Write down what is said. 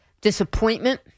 disappointment